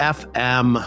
fm